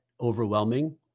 overwhelming